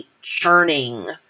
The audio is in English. churning